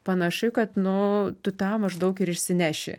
panašu kad nu tu tą maždaug ir išsineši